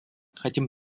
хотим